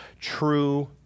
true